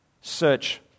search